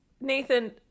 Nathan